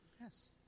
Yes